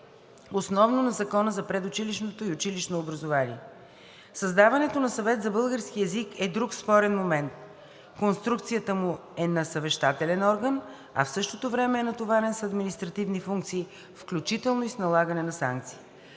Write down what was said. основно на Закона за предучилищното и училищното образование. Създаването на Съвет за българския език е друг спорен момент. Конструкцията му е на съвещателен орган, а в същото време е натоварен с административни функции, включително и налагане на санкции.